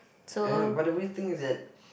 I have by the weird thing is that